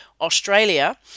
Australia